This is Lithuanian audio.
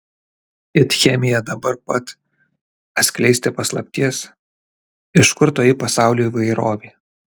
it chemija dabar pat atskleisti paslapties iš kur toji pasaulio įvairovė